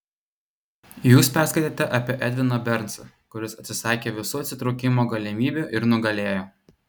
jūs perskaitėte apie edviną bernsą kuris atsisakė visų atsitraukimo galimybių ir nugalėjo